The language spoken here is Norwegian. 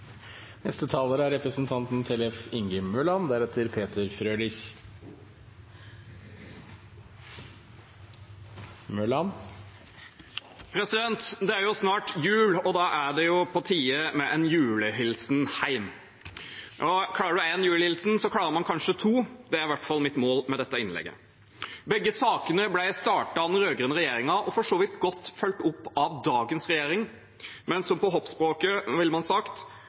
Det er snart jul, og da er det på tide med en julehilsen hjem. Og klarer man én julehilsen, klarer man kanskje to. Det er i hvert fall mitt mål med dette innlegget. Begge sakene ble startet av den rød-grønne regjeringen og for så vidt godt fulgt opp av dagens regjering. Men på hoppspråket ville man sagt: